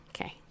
Okay